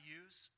use